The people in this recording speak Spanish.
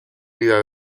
vida